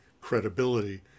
credibility